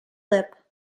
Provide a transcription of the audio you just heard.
lip